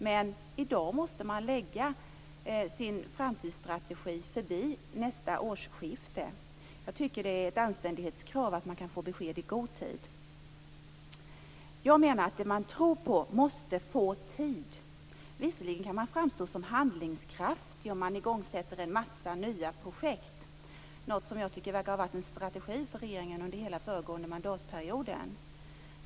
Men i dag måste man lägga sin framtidsstrategi förbi nästa årsskifte. Jag tycker att det är ett anständighetskrav att man kan få besked i god tid. Det man tror på måste få tid. Visserligen kan man framstå som handlingskraftig om man igångsätter en mängd nya projekt, något som verkar ha varit en strategi för regeringen under hela föregående mandatperioden.